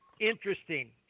interesting